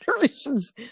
generations